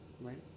Right